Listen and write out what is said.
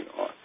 on